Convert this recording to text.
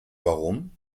warum